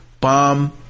bomb